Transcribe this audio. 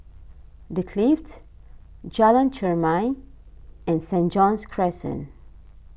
the Clift Jalan Chermai and Saint John's Crescent